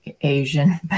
Asian